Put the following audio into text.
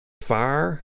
Fire